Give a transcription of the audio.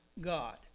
God